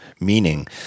meaning